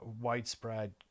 widespread